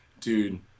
dude